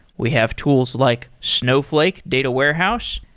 we have tools like snowflake data warehouse.